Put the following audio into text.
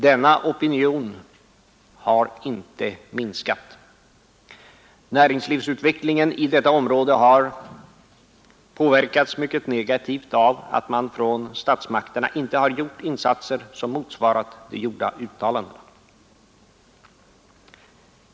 Denna opinion har inte minskat i styrka. Näringslivsutvecklingen inom området har påverkats mycket negativt av att man från statsmakterna inte har gjort insatser som motsvarar de gjorda uttalandena.